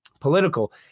political